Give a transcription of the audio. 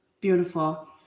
Beautiful